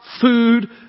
food